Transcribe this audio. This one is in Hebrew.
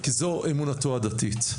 כי זוהי אמונתו הדתית.